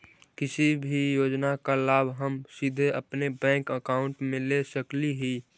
किसी भी योजना का लाभ हम सीधे अपने बैंक अकाउंट में ले सकली ही?